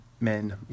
men